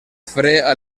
fre